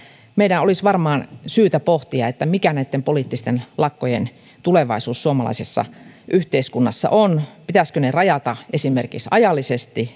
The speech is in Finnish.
meidän olisi varmaan syytä pohtia mikä näitten poliittisten lakkojen tulevaisuus suomalaisessa yhteiskunnassa on pitäisikö ne rajata esimerkiksi ajallisesti